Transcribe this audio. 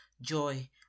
Joy